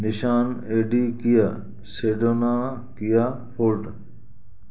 निषान एडीकीआ सेडोना कीआ फोर्ट